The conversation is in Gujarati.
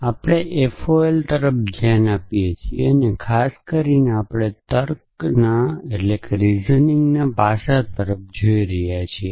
આપણે FOL તરફ ધ્યાન આપીએ છીએ અને ખાસ કરીને આપણે તર્ક પાસા તરફ જોઈ રહ્યા છીએ